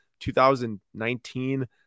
2019